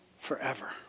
forever